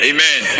Amen